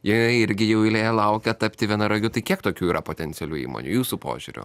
jie irgi jau eilėje laukia tapti vienaragiu tai kiek tokių yra potencialių įmonių jūsų požiūriu